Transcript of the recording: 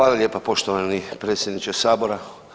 Hvala lijepa poštovani predsjedniče sabora.